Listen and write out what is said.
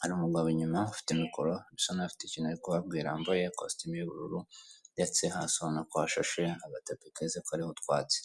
hari umugabo inyuma ufite mikoro usa naho afite ikintu ari kubabwira yambaye kositimu y'ubururu ndetse hasi ubonako hashashe agatapi keza kariho utwatsi.